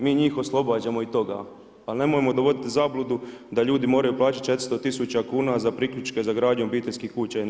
Mi njih oslobađamo i toga, ali nemojmo dovoditi u zabludu da ljudi moraju plaćati 400 000 kuna za priključke za gradnju obiteljskih kuća i nešto slično.